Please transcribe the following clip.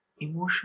emotion